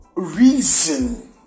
reason